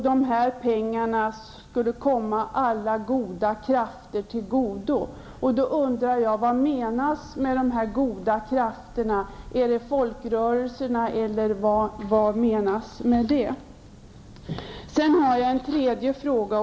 De här pengarna skulle, sades det, komma alla goda krafter till del. Jag undrar då: Vad menas med dessa ''goda krafter''? Är det folkrörelserna, eller vad menas med uttrycket? Jag har också en tredje fråga.